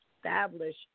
Establish